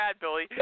Billy